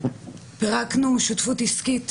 פירקנו שותפות עסקית.